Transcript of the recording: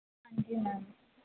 ਹਾਂਜੀ ਮੈਮ